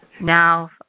Now